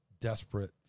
desperate